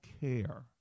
care